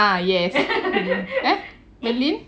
ah yes eh berlin